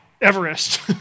Everest